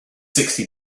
sixty